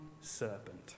serpent